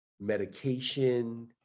medication